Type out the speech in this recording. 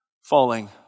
falling